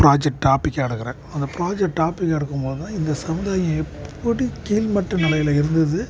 project டாப்பிக்காக எடுக்கிறேன் அந்த ஃபுராஜெக்ட் டாப்பிக்காக எடுக்கும்போதுதான் இந்த சமுதாயம் எப்படி கீழ்மட்ட நிலையில் இருந்தது